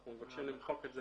אנחנו מבקשים למחוק את זה